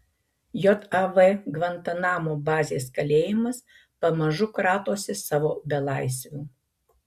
jav gvantanamo bazės kalėjimas pamažu kratosi savo belaisvių